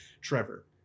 Trevor